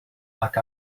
like